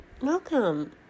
Welcome